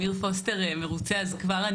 שכבר על